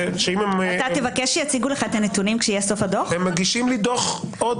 תיערך באמצעות מפגשים קבוצתיים